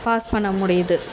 pass பண்ண முடியுது